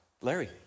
Larry